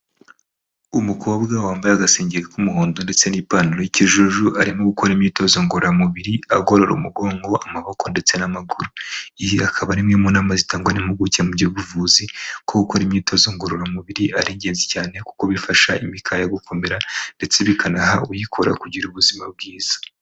Umukobwa wambaye agasengeri k'umuhondo ndetse n'ipantaro y'ikijuju, arimo gukora imyitozo ngororamubiri agorora umugongo, amaboko ndetse n'amaguru. Iyi akaba ari imwe mu nama zitangwa n'impuguke mu by'ubuvuzi ko gukora imyitozo ngororamubiri ari ingenzi cyane kuko bifasha imikaya gukomera ndetse bikanaha uyikora kugira ubuzima bwiza.